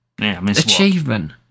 achievement